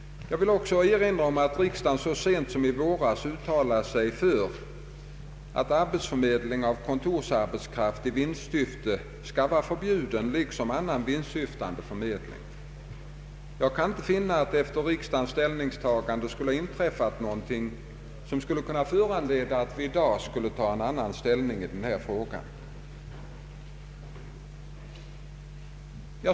Jag vill vidare erinra om att riksdagen så sent som i våras uttalat sig för att arbetsförmedling av kontorsarbetskraft i vinstsyfte skall vara förbjuden liksom annan vinstsyftande förmedling. Jag kan inte finna att det efter riksdagens ställningstagande inträffat något som skulle kunna föranleda att man i dag intar en annan ställning.